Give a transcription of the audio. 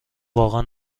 واقعا